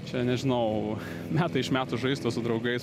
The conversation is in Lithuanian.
čia nežinau metai iš metų žaista su draugais